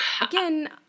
again